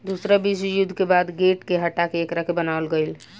दूसरा विश्व युद्ध के बाद गेट के हटा के एकरा के बनावल गईल